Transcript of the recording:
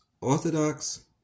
orthodox